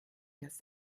das